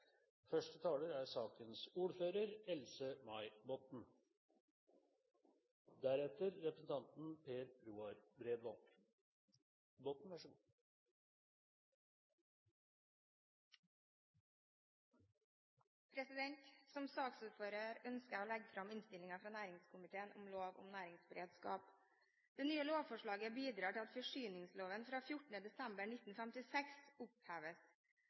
Som saksordfører ønsker jeg å legge fram innstillingen fra næringskomiteen om lov om næringsberedskap. Det nye lovforslaget bidrar til at forsyningsloven av 14. desember 1956 oppheves.